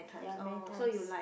ya many times